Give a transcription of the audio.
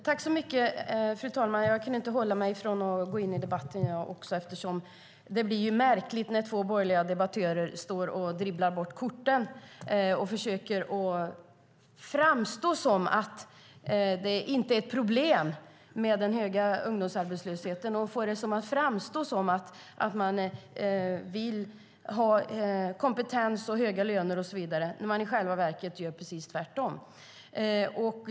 Fru talman! Jag kan inte hålla mig från att också jag gå in i debatten. Det blir märkligt när två borgerliga debattörer står och dribblar bort korten och försöker att få det att framstå som att det inte är ett problem med den höga ungdomsarbetslösheten. De försöker att få det att framstå som att de vill ha kompetens, höga löner och så vidare när de i själva verket gör precis tvärtom.